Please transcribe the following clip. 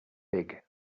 big